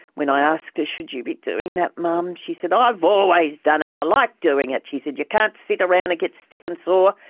when i asked her, should you be doing that mum, she said, i've always done it. i like doing it, she said, you can't sit around and get stiff and sore.